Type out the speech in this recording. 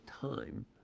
time